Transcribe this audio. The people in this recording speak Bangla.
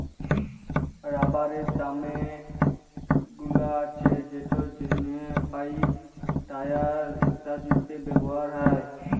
রাবারের দমে গুল্ আছে যেটর জ্যনহে পাইপ, টায়ার ইত্যাদিতে ব্যাভার হ্যয়